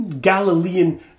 Galilean